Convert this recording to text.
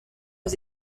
aux